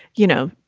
you know,